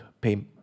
pay